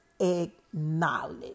acknowledge